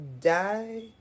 die